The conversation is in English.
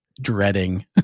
dreading